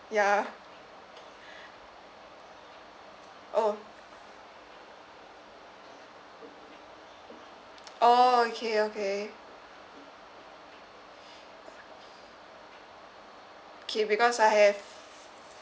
ya oh oh okay okay okay because I have